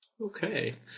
Okay